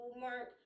mark